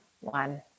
one